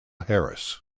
harris